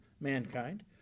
mankind